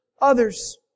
others